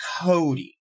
Cody